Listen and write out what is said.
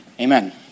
Amen